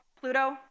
Pluto